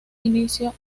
inicio